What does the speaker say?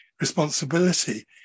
responsibility